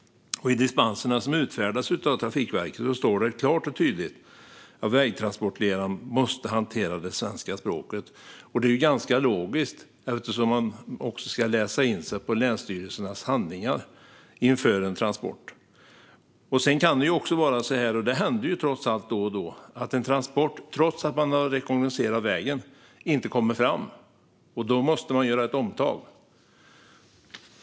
I de dispenser som utfärdas av Trafikverket står det klart och tydligt att vägtransportledaren måste kunna hantera det svenska språket. Det är logiskt eftersom man ska läsa in sig på länsstyrelsens handlingar inför en transport. Dessutom kan det hända att en transport inte kommer fram, trots att man på förhand har rekognoserat vägen. Då måste man göra ett omtag.